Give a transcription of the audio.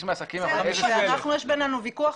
יש לנו ויכוח.